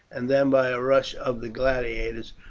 and then by a rush of the gladiators,